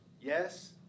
Yes